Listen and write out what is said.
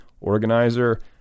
organizer